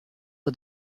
aux